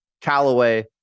Callaway